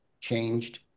changed